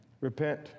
Repent